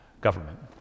government